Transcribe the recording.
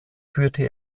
führte